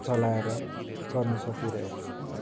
चलाएर गर्नु सकिरहेको छ